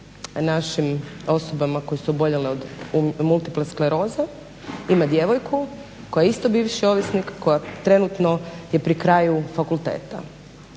našim osobama koje su oboljele od multipleskleroze, ima djevojku koja je isto bivši ovisnik, koja trenutno je pri kraju fakulteta.